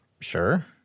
Sure